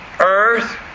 earth